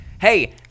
hey